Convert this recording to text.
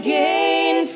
gain